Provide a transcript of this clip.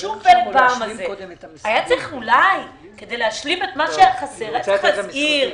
כדי להשלים את החסר היה צריך להזהיר,